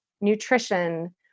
nutrition